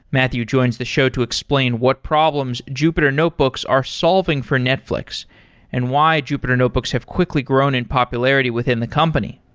matthew joins the show to explain what problems jupyter notebooks are solving for netflix and why jupyter notebooks have quickly grown in popularity within the company.